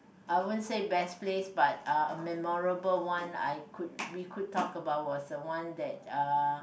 I won't say best place but a memorable one I could we could talk about was the one that uh